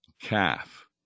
calf